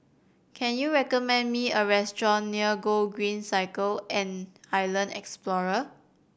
can you recommend me a restaurant near Gogreen Cycle and Island Explorer